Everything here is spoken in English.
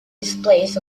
displays